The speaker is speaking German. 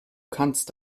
kannst